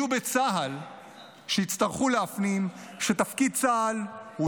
יהיו בצה"ל שיצטרכו להפנים שתפקיד צה"ל הוא